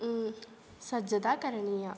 सज्जता करणीया